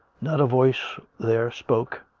not a voice there spoke,